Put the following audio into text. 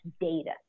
data